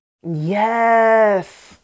Yes